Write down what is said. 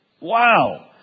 Wow